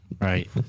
right